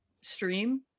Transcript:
stream